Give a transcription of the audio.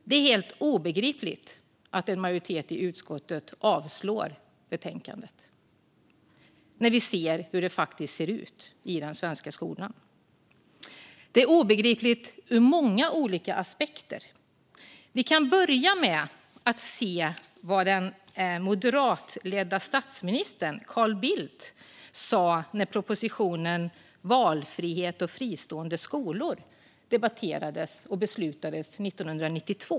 Det är helt obegripligt att en majoritet i utskottet avstyrker förslaget. Vi ser ju hur det faktiskt ser ut i den svenska skolan. Det är obegripligt ur många olika aspekter. Vi kan börja med att se vad den moderate statsministern Carl Bildt sa när propositionen om valfrihet och fristående skolor debatterades och beslutades 1992.